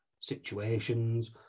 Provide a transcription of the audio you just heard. situations